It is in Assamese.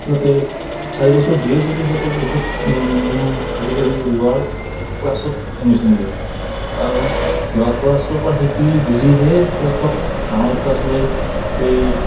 সিহঁতে চাৰি বছৰ দিয়ে যদি সিহঁতক বহুত আজিকালি লোৱাৰ ক্লাছত এডমিশ্যন দিয়ে কাৰণ লোৱাৰ ক্লাছৰ পৰা শিকি বুজিহে সিহঁতক ডাঙৰ ক্লাছলৈ এই